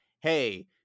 Hey